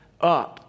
up